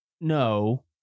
No